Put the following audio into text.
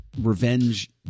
revenge